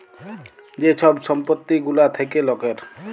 যে ছব সম্পত্তি গুলা থ্যাকে লকের